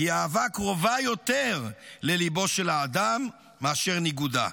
כי האהבה קרובה יותר לליבו של האדם מאשר ניגודה".